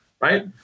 right